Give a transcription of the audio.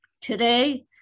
Today